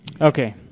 Okay